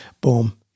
Boom